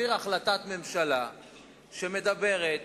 החלטת ממשלה שאומרת,